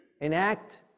enact